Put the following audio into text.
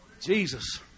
Jesus